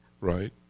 Right